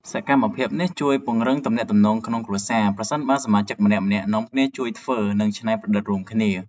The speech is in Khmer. សកម្មភាពនេះជួយពង្រឹងទំនាក់ទំនងក្នុងគ្រួសារ ប្រសិនបើសមាជិកម្នាក់ៗនាំគ្នាមកជួយធ្វើ និងច្នៃប្រឌិតរួមគ្នា។